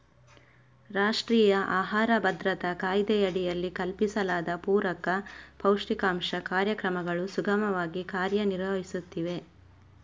ರಾಷ್ಟ್ರೀಯ ಆಹಾರ ಭದ್ರತಾ ಕಾಯ್ದೆಯಡಿಯಲ್ಲಿ ಕಲ್ಪಿಸಲಾದ ಪೂರಕ ಪೌಷ್ಟಿಕಾಂಶ ಕಾರ್ಯಕ್ರಮಗಳು ಸುಗಮವಾಗಿ ಕಾರ್ಯ ನಿರ್ವಹಿಸುತ್ತಿವೆ